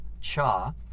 cha